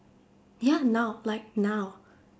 ya now like now